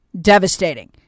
Devastating